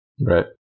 Right